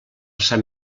sant